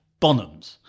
Bonhams